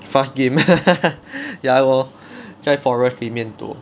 fast game ya lor 在 forest 里面躲